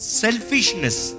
selfishness